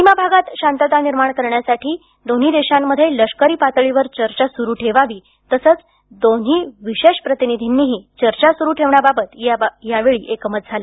सीमा भागात शांतता निर्माण करण्यासाठी दोन्ही देशांमध्ये लष्करी पातळीवर चर्चा सुरू ठेवावी तसंच दोन्ही विशेष प्रतिनिधीनीही चर्चा सुरू ठेवण्याबाबत यावेळी एकमत झालं